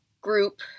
group